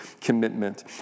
commitment